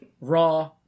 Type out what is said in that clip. raw